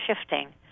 shifting